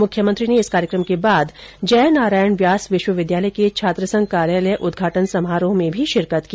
मुख्यमंत्री ने इस कार्यक्रम के बाद जयनारायण व्यास विश्वविद्यालय के छात्रसंघ कार्यालय उदघाटन समारोह में भी शिरकत की